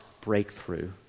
breakthrough